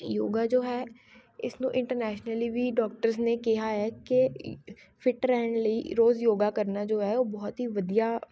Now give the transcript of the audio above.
ਯੋਗਾ ਜੋ ਹੈ ਇਸ ਨੂੰ ਇੰਟਰਨੈਸ਼ਨਲੀ ਵੀ ਡੋਕਟਰਸ ਨੇ ਕਿਹਾ ਹੈ ਕਿ ਫਿੱਟ ਰਹਿਣ ਲਈ ਰੋਜ਼ ਯੋਗਾ ਕਰਨਾ ਜੋ ਹੈ ਉਹ ਬਹੁਤ ਹੀ ਵਧੀਆ